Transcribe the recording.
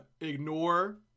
ignore